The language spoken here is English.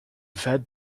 fed